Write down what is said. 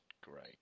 great